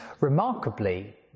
Remarkably